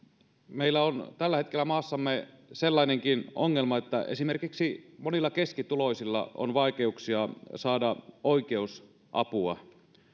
meillä on tällä hetkellä maassamme sellainenkin ongelma että esimerkiksi monilla keskituloisilla on vaikeuksia saada oikeusapua